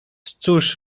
cóż